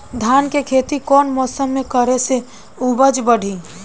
धान के खेती कौन मौसम में करे से उपज बढ़ी?